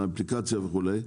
אפליקציה וכולי,